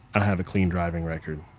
i have a clean driving record.